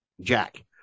Jack